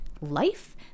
life